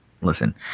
listen